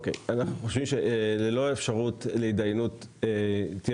אנחנו חושבים שללא אפשרות להתדיינות תהיה